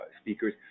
speakers